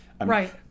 Right